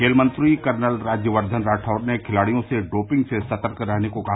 खेल मंत्री कर्नल राज्यवर्द्घन राठौड़ ने खिलाडियों को डोपिंग से सतर्क रहने को कहा